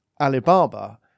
Alibaba